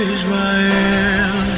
Israel